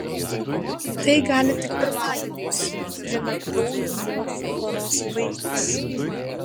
tai gali tik pirmagimis grynakraujų morfų poros vaikas